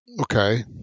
Okay